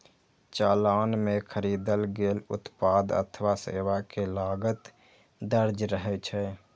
चालान मे खरीदल गेल उत्पाद अथवा सेवा के लागत दर्ज रहै छै